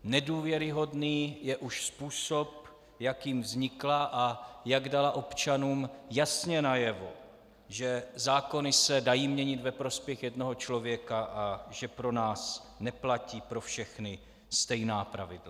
Nedůvěryhodný je už způsob, jakým vznikla a jak dala občanům jasně najevo, že zákony se dají měnit ve prospěch jednoho člověka a že pro nás neplatí pro všechny stejná pravidla.